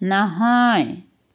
নহয়